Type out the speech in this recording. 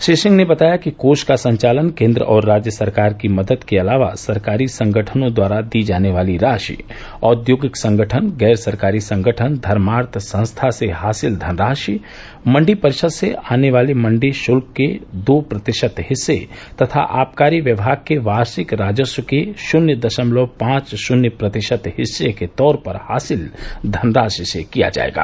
श्री सिंह ने बताया कि कोष का संचालन केन्द्र और राज्य सरकार की मदद के अलावा सरकारी संगठनों द्वारा दी जाने वाली राशि औद्योगिक संगठन गैर सरकारी संगठन धर्मार्थ संस्था से हासिल धनराशि मंडी परिषद से आने वाले मंडी शुल्क के दो प्रतिशत हिस्से तथा आबकारी विभाग के वार्षिक राजस्व का शून्य दशमलव पांच शून्य प्रतिशत हिस्से के तौर पर हासिल धनराशि से किया जायेगा